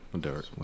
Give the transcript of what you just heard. Derek